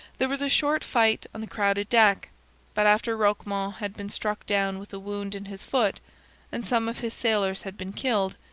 there was a short fight on the crowded deck but after roquemont had been struck down with a wound in his foot and some of his sailors had been killed,